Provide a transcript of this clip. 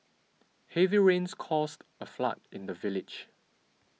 heavy rains caused a flood in the village